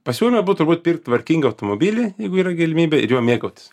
pasiūlymą būt turbūt pirkt tvarkingą automobilį jeigu yra galimybė ir juo mėgautis